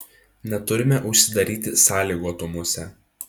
neturime užsidaryti sąlygotumuose